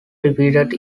repeated